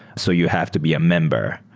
so you have to be a member